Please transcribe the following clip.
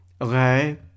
Okay